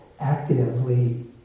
actively